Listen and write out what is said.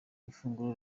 ifunguro